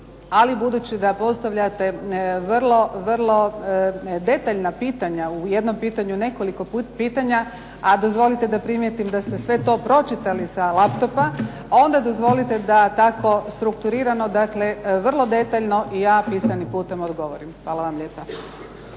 ali budući da postavljate vrlo detaljna pitanja u jednom pitanju nekoliko pitanja, a dozvolite da primijetim da ste sve to pročitali sa laptopa, onda dozvolite da tako strukturirano dakle, vrlo detaljno i ja pisanim putem odgovorim. Hvala vam lijepa.